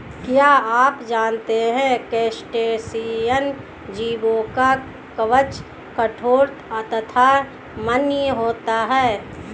क्या आप जानते है क्रस्टेशियन जीवों का कवच कठोर तथा नम्य होता है?